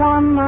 One